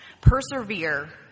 Persevere